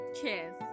Cheers